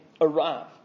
arrive